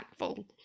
impactful